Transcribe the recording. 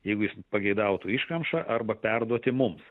jeigu jis pageidautų iškamša arba perduoti mums